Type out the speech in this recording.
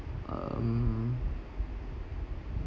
um